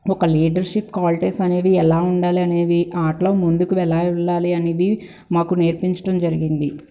ఒక leadership qualities అనేది ఎలా ఉండాలి అనేవి ఆటలో ముందుకు ఎలా వెళ్ళాలి అనేది మాకు నేర్పించటం జరిగింది